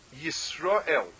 Yisrael